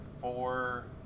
four